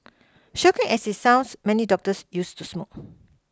shocking as it sounds many doctors used to smoke